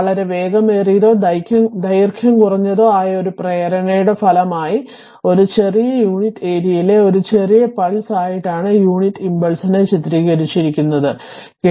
വളരെ വേഗമേറിയതോ ദൈർഖ്യം കുറഞ്ഞതോ ആയ ഒരു പ്രേരണയുടെ ഫലമാമായി ഒരു ചെറിയ യൂണിറ്റ് ഏരിയയിലെ ഒരു ചെറിയ പൾസ് ആയിട്ടാണ് യൂണിറ്റ് ഇമ്പൾസിനെ ചിത്രികരിച്ചിരിക്കുന്നതു